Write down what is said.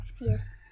Yes